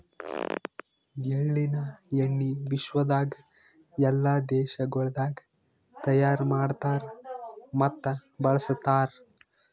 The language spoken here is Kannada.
ಎಳ್ಳಿನ ಎಣ್ಣಿ ವಿಶ್ವದಾಗ್ ಎಲ್ಲಾ ದೇಶಗೊಳ್ದಾಗ್ ತೈಯಾರ್ ಮಾಡ್ತಾರ್ ಮತ್ತ ಬಳ್ಸತಾರ್